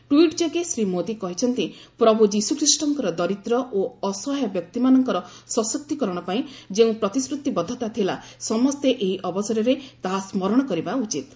tweet ଯୋଗେ ଶ୍ରୀ ମୋଦି କହିଛନ୍ତି ପ୍ରଭୁ ଯୀଶୁଖ୍ରୀଷ୍ଟଙ୍କର ଦରିଦ୍ର ଓ ଅସହାୟ ବ୍ୟକ୍ତିମାନଙ୍କର ସଶକ୍ତିକରଣ ପାଇଁ ଯେଉଁ ପ୍ରତିଶ୍ରତିବଦ୍ଧତା ଥିଲା ସମସ୍ତେ ଏହି ଅବସରରେ ତାହା ସ୍କରଣ କରିବା ଉଚିତ୍